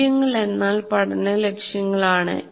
മൂല്യങ്ങൾ എന്നാൽ പഠന ലക്ഷ്യങ്ങളാണ്